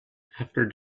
after